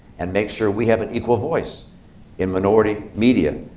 and make sure we have an equal voice in minority media.